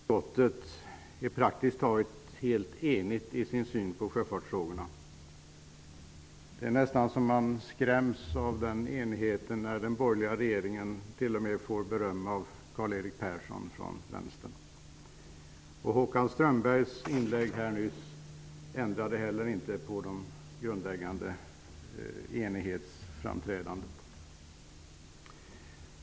Fru talman! Det är glädjande att konstatera att utskottet praktiskt taget är helt enigt i sin syn på sjöfartsfrågorna. Man skräms nästan av enigheten. Den borgerliga regeringen får t.o.m. beröm av Karl-Erik Persson från Vänstern. Håkan Strömbergs anförande nyss ändrade inte heller den grundläggande enigheten.